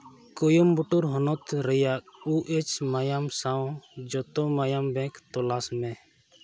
ᱠᱚᱭᱮᱢᱵᱟᱴᱩᱨ ᱦᱚᱱᱚᱛ ᱨᱮᱭᱟᱜᱽ O H ᱢᱟᱭᱟᱢ ᱥᱟᱶ ᱡᱚᱛᱚ ᱢᱟᱭᱟᱢ ᱵᱮᱝᱠ ᱛᱚᱞᱟᱥᱢᱮ